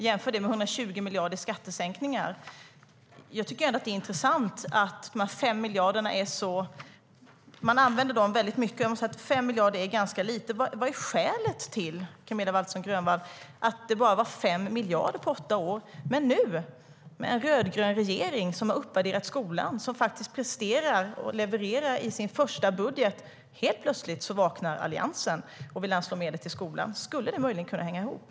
Jämför det med 120 miljarder i skattesänkningar.